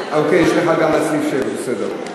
אה, אוקיי, יש לך גם על סעיף 7, בסדר.